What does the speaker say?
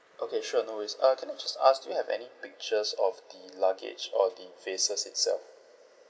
okay sure no worries uh can I just ask do you have any pictures of the luggage or the vases itself